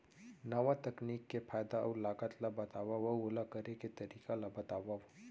नवा तकनीक के फायदा अऊ लागत ला बतावव अऊ ओला करे के तरीका ला बतावव?